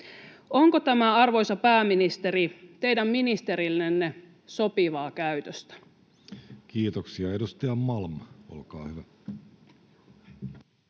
Onko tämä, arvoisa pääministeri, teidän ministerillenne sopivaa käytöstä? Kiitoksia. — Edustaja Malm, olkaa hyvä.